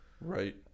right